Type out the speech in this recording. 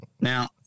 Now